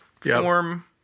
form